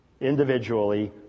individually